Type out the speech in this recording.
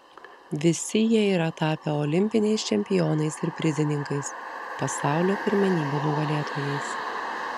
visi jie yra tapę olimpiniais čempionais ir prizininkais pasaulio pirmenybių nugalėtojais